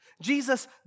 Jesus